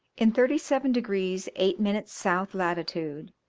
in thirty seven degrees eight minutes south latitude,